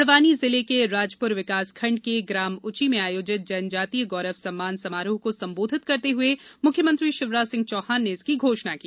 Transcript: बड़वानी जिले के राजपूर विकासखंड के ग्राम उची में आयोजित जन जातीय गौरव सम्मान समारोह को संबोधित करते हुए मुख्यमंत्री शिवराज सिंह चौहान ने इसकी घोषणा की